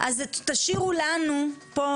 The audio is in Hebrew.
תשאירו לנו פה,